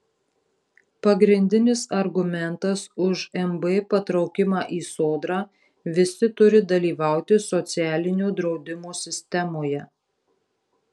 pagrindinis argumentas už mb patraukimą į sodrą visi turi dalyvauti socialinio draudimo sistemoje